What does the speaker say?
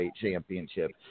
Championship